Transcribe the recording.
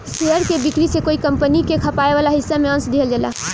share के बिक्री से कोई कंपनी के खपाए वाला हिस्सा में अंस दिहल जाला